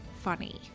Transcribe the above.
funny